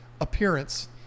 appearance